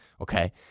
Okay